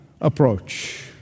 approach